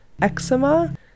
eczema